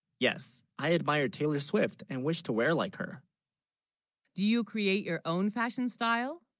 yes i admired taylor swift, and wish to wear like her do you, create your own fashion style